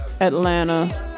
Atlanta